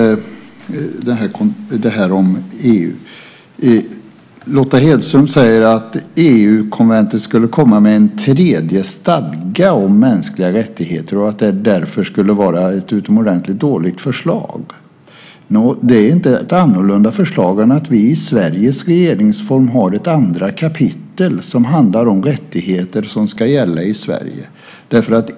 Lotta Hedström säger att EU-konventet skulle komma med en tredje stadga om mänskliga rättigheter och att det därför skulle vara ett utomordentligt dåligt förslag. Nå, det är inte ett förslag som är annorlunda än att vi i Sveriges regeringsform har ett andra kapitel som handlar om rättigheter som ska gälla i Sverige.